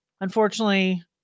unfortunately